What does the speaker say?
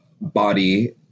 body